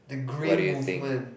the green movement